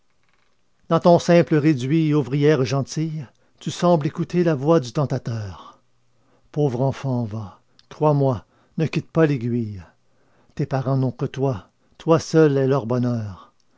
dans ton simple réduit ouvrière gentille tu sembles écouter la voix du tentateur pauvre enfant va crois-moi ne quitte pas l'aiguille tes parents n'ont que toi toi seule es leur bonheur